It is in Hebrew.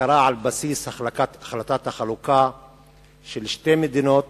הכרה על בסיס החלטת החלוקה של שתי מדינות.